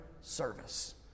service